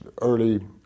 early